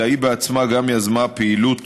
אלא היא בעצמה גם יזמה פעילות